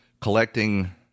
collecting